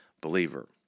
believer